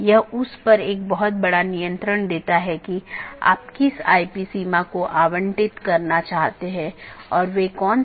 क्योंकि प्राप्त करने वाला स्पीकर मान लेता है कि पूर्ण जाली IBGP सत्र स्थापित हो चुका है यह अन्य BGP साथियों के लिए अपडेट का प्रचार नहीं करता है